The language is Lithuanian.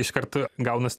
iškart gaunas